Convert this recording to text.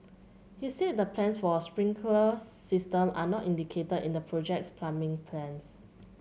he said the plans for a sprinkler system are not indicated in the project's plumbing plans